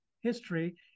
history